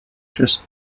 just